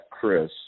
Chris